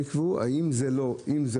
הם יקבעו האם זה